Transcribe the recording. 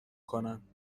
کنند